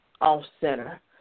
off-center